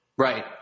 Right